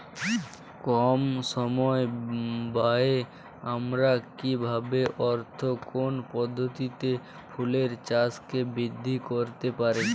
কম সময় ব্যায়ে আমরা কি ভাবে অর্থাৎ কোন পদ্ধতিতে ফুলের চাষকে বৃদ্ধি করতে পারি?